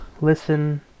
listen